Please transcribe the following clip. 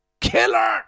killer